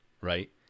right